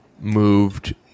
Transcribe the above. moved